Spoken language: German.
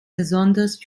besonders